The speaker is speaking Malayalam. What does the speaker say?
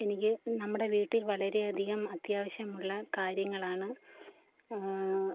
എനിക്ക് നമ്മുടെ വീട്ടിൽ വളരെയധികം അത്യാവശ്യമുള്ള കാര്യങ്ങളാണ്